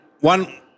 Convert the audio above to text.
One